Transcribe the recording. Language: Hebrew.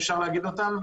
סירוטה.